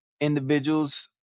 individuals